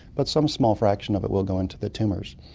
but some small fraction of it will go into the tumours.